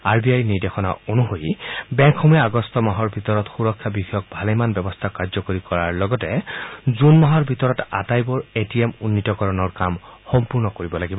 আৰবিআইৰ নিৰ্দেশনা অনুসৰি বেংকসমূহে আগষ্ট মাহৰ ভিতৰত সুৰক্ষা বিষয়ক ভালেমান ব্যৱস্থা কাৰ্যকৰী কৰাৰ লগতে জুন মাহৰ ভিতৰত আটাইবোৰ এটিএম উন্নীতকৰণৰ কাম সম্পূৰ্ণ কৰিব লাগিব